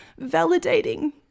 validating